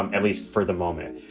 um at least for the moment.